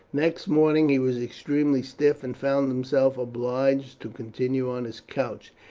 next morning he was extremely stiff, and found himself obliged to continue on his couch.